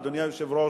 אדוני היושב-ראש,